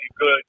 good